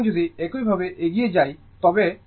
সুতরাং যদি একইভাবে এগিয়ে যাই তবে